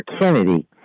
Kennedy